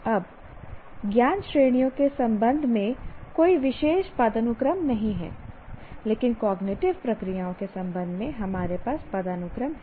अब ज्ञान श्रेणियों के संबंध में कोई विशेष पदानुक्रम नहीं है लेकिन कॉग्निटिव प्रक्रियाओं के संबंध में हमारे पास पदानुक्रम है